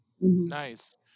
Nice